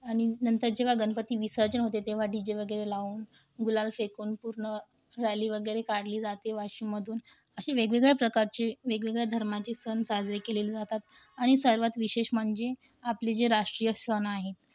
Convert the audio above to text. आणि नंतर जेव्हा गणपती विसर्जन होते तेव्हा डी जे वगैरे लावून गुलाल फेकून पूर्ण रॅली वगैरे काढली जाते वाशिममधून असे वेगवेगळ्या प्रकारचे वेगवेगळ्या धर्माचे सण साजरे केले जातात आणि सर्वात विशेष म्हणजे आपले जे राष्ट्रीय सण आहेत